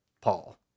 Paul